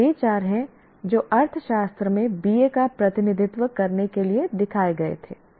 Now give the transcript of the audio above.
ये वे चार हैं जो अर्थशास्त्र में BA का प्रतिनिधित्व करने के लिए दिखाए गए थे